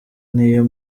niyo